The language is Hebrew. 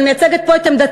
אני מייצגת פה את עמדתי,